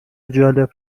جالب